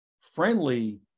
friendly